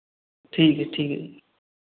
ठीक है ठीक है